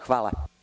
Hvala.